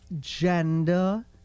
gender